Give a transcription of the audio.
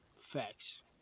facts